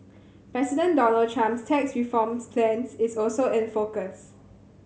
President Donald Trump's tax reforms plan is also in focus